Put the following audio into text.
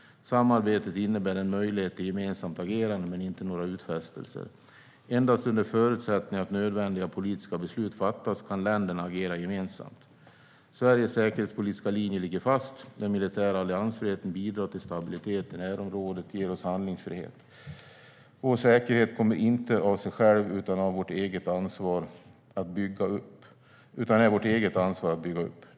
Samarbetet innebär en möjlighet till gemensamt agerande men inte några utfästelser. Endast under förutsättning att nödvändiga politiska beslut fattas kan länderna agera gemensamt. Sveriges säkerhetspolitiska linje ligger fast. Den militära alliansfriheten bidrar till stabilitet i närområdet och ger oss handlingsfrihet. Vår säkerhet kommer inte av sig själv utan är vårt eget ansvar att bygga upp.